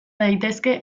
daitezke